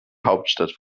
hauptstadt